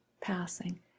passing